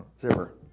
zipper